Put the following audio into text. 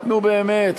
נו, באמת.